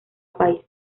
país